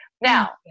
Now